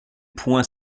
point